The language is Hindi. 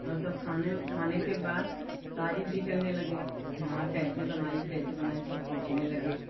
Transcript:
और सब खाने खाने के बाद तारीफ़ भी करने लगे कि हाँ कैसी बनाई कैसे बनाए सब पूछने लगे